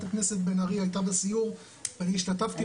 הכנסת בן ארי היתה בסיור ואני השתתפתי בו,